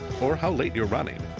or how late you're running,